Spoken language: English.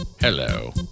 Hello